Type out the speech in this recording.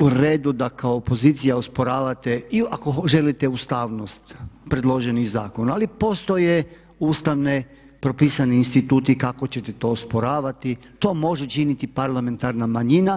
u redu da kao opozicija osporavate i ako želite ustavnost predloženih zakona ali postoje ustavne, propisani instituti kako ćete to osporavati, to može činiti parlamentarna manjina.